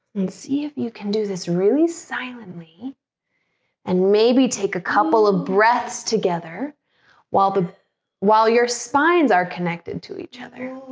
and see if you can do this really silently and maybe take a couple of breaths together while the while your spines are connected to each other